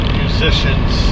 musicians